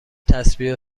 تسبیح